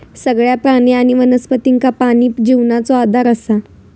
सगळ्या प्राणी आणि वनस्पतींका पाणी जिवनाचो आधार असा